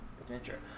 adventure